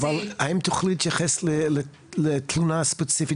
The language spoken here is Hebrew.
אבל האם תוכלי להתייחס לתלונה הספציפית